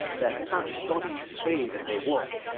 their fat bodies swayed as they walked,